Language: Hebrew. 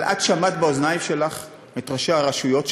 אבל את שמעת באוזניים שלך את ראשי הרשויות,